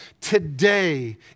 Today